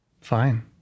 fine